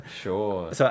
Sure